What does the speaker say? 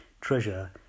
Treasure